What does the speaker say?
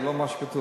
זה לא מה שכתוב.